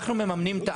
אנחנו מממנים,